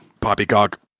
poppycock